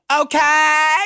okay